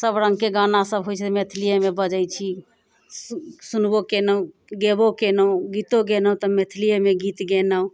सबरङ्गके गाना सब होइ छै मैथिलिएमे बजै छी सु सुनबो केलहुँ गेबो केलहुँ गीतो गेलहुँ तऽ मैथिलिएमे गीत गेलहुँ